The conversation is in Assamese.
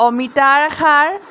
অমিতাৰ খাৰ